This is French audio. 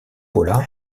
paula